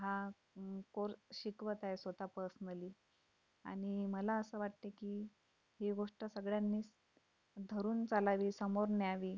हा कोर्स शिकवत आहे स्वतः पर्सनली आणि मला असं वाटते की ही गोष्ट सगळ्यांनीच धरून चालावी समोर न्यावी